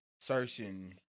searching